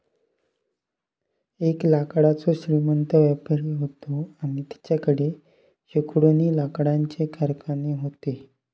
एक लाकडाचो श्रीमंत व्यापारी व्हतो आणि तेच्याकडे शेकडोनी लाकडाचे कारखाने व्हते